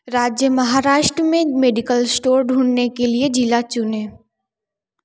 राज्य महाराष्ट्र में medical store ढूँढ़ने के लिए ज़िला चुनें